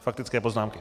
Faktické poznámky.